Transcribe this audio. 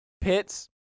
Pits